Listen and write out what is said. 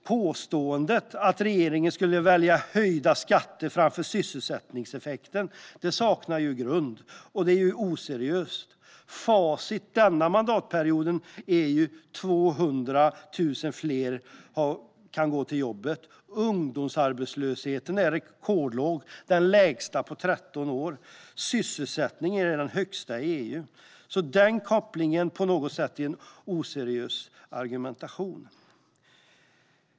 Påståendet att regeringen skulle välja höjda skatter framför sysselsättningseffekten saknar grund och är oseriöst. Facit denna mandatperiod är ju att 200 000 fler kan gå till jobbet. Ungdomsarbetslösheten är rekordlåg, den lägsta på 13 år. Sysselsättningen är den högsta i EU. Det är alltså en oseriös argumentation.